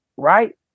Right